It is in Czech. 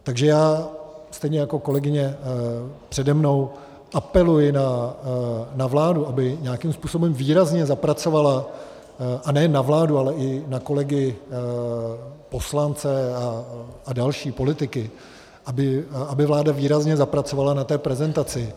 Takže já stejně jako kolegyně přede mnou apeluji na vládu, aby nějakým způsobem výrazně zapracovala, a nejen na vládu, ale i na kolegy poslance a další politiky, aby vláda výrazně zapracovala na té prezentaci.